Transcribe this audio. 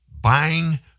buying